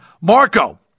Marco